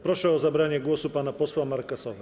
Proszę o zabranie głosu pana posła Marka Sowę.